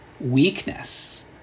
weakness